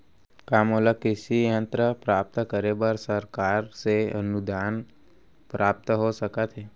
का मोला कृषि यंत्र प्राप्त करे बर सरकार से अनुदान प्राप्त हो सकत हे?